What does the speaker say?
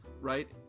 right